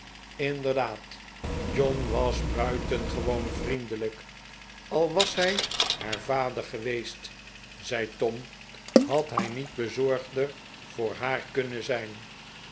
inderdaad john was buitengewoon vriendelijk al was hij haar vader geweest zei tom had hij niet bezorgder voor haar kunnen zijn